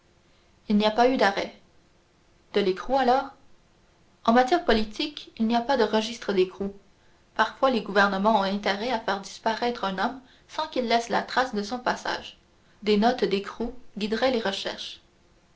il n'y a pas eu d'arrêt de l'écrou alors en matière politique il n'y a pas de registre d'écrou parfois les gouvernements ont intérêt à faire disparaître un homme sans qu'il laisse trace de son passage des notes d'écrou guideraient les recherches